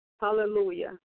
Hallelujah